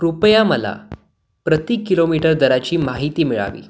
कृपया मला प्रति किलोमीटर दराची माहिती मिळावी